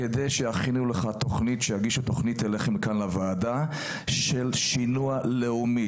כדי שיגישו תוכנית אליכם לוועדה של שינוע לאומי,